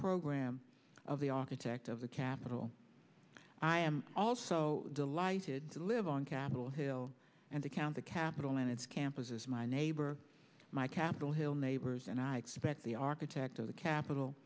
program of the architect of the capitol i am also delighted to live on capitol hill and to count the capitol and its campuses my neighbor my capitol hill neighbors and i expect the architect of the capit